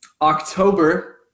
October